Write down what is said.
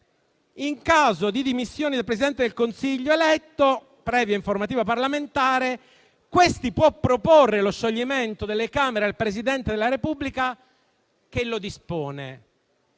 «in caso di dimissioni del Presidente del Consiglio eletto, previa informativa parlamentare, questi può proporre (…) lo scioglimento delle Camere al Presidente della Repubblica, che lo dispone».